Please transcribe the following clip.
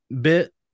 bit